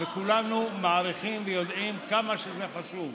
כולנו מעריכים ויודעים כמה שזה חשוב.